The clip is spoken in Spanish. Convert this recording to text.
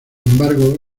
embargo